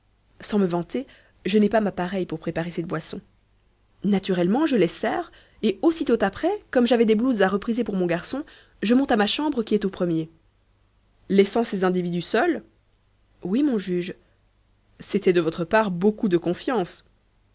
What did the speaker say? sans me vanter je n'ai pas ma pareille pour préparer cette boisson naturellement je les sers et aussitôt après comme j'avais des blouses à repriser pour mon garçon je monte à ma chambre qui est au premier laissant ces individus seuls oui mon juge c'était de votre part beaucoup de confiance